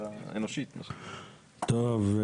טוב.